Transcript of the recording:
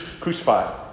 crucified